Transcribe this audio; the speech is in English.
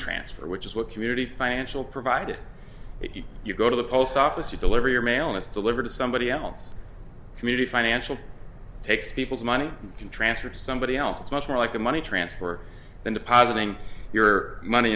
transfer which is what community financial provided you go to the post office you deliver your mail it's delivered to somebody else community financial takes people's money can transfer to somebody else it's much more like a money transfer than depositing your money